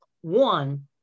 One